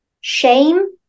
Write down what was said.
shame